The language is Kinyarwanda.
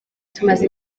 tumaze